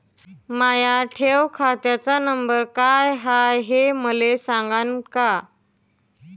माया ठेव खात्याचा नंबर काय हाय हे मले सांगान का?